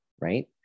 right